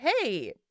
hey